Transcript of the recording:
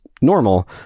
normal